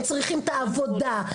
הם צריכים את העבודה,